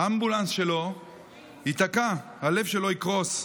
האמבולנס שלו ייתקע, הלב שלו יקרוס,